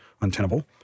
untenable